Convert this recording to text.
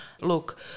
Look